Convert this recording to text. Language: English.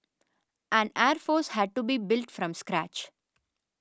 an air force had to be built from scratch